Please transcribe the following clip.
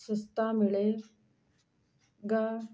ਸਸਤਾ ਮਿਲੇਗਾ